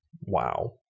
Wow